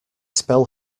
spell